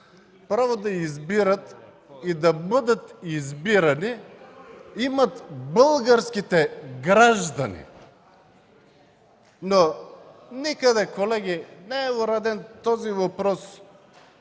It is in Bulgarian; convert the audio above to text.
Право да избират и да бъдат избирани имат българските граждани, но никъде, колеги, не е уреден този въпрос